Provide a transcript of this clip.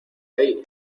ahí